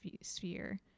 sphere